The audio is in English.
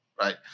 right